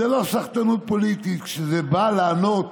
זו לא סחטנות פוליטית, כשזה בא לענות